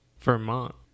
Vermont